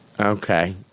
okay